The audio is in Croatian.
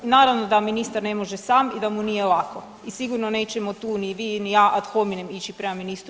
I naravno da ministar ne može sam i da mu nije lako i sigurno nećemo tu ni vi ni ja ad hominem ići prema ministru